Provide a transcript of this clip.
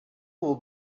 will